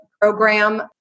program